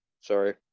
Sorry